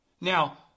Now